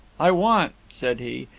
i want said he,